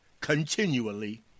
continually